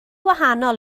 wahanol